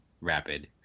rapid